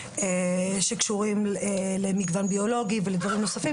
שקשורים למגוון ביולוגי ולדברים נוספים,